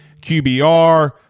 QBR